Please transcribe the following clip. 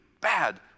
bad